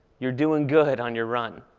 you're doing good on your run.